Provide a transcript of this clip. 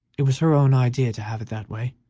it was her own idea to have it that way,